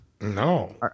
No